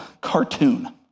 cartoon